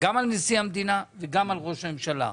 גם על נשיא המדינה וגם על ראש הממשלה.